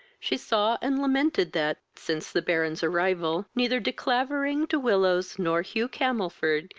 she saw and lamented that, since the baron's arrival, neither de clavering, de willows, nor hugh camelford,